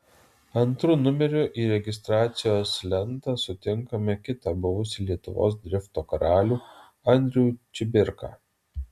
antru numeriu į registracijos lentą sutinkame kitą buvusį lietuvos drifto karalių andrių čibirką